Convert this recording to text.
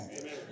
Amen